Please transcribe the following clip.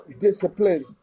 Discipline